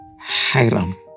Hiram